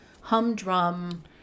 humdrum